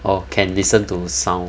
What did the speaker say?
orh can listen to sound